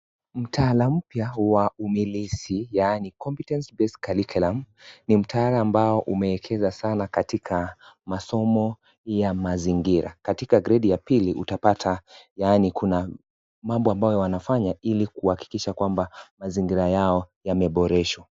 Mtaala mpya wa umilisi yaani competency based curriculum ni mtaala ambao umeelekeza katika masomo ya mazingira katika grade ya pili utapata yaani kuna mambo ambayo wanafanya ili kuhakikisha kwamba mazingira yao yameboreshwa.